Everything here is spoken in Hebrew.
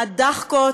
הדחקות,